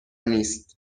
نیست